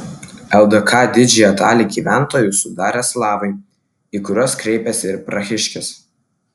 ldk didžiąją dalį gyventojų sudarė slavai į kuriuos kreipėsi ir prahiškis